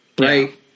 right